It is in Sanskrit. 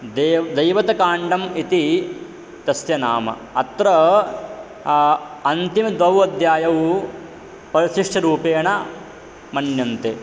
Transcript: देव् दैवतकाण्डः इति तस्य नाम अत्र अन्तिमद्वौ अध्यायौ परिशिष्टं रूपेण मन्यन्ते